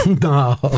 no